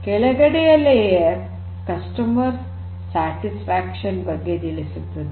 ಕೆಳಗಡೆಯ ಪದರ ಗ್ರಾಹಕನ ಸಂತೃಪ್ತಿಯ ಬಗ್ಗೆ ತಿಳಿಸುತ್ತದೆ